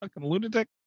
lunatic